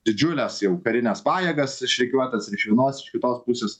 didžiules jau karines pajėgas išrikiuotas ir iš vienos iš kitos pusės